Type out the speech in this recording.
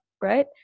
Right